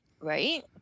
Right